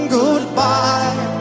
goodbye